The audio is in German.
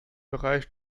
bereich